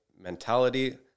mentality